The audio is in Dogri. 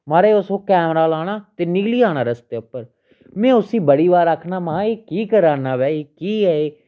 महाराज उस ओह् कैमरा लाना ते निकली जाना रस्ते पर में उसी बड़ी बार आखना महां एह् केह् करा ना भई एह् केह् ऐ